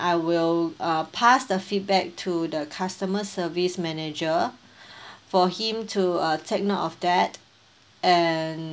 I will uh pass the feedback to the customer service manager for him to uh take note of that and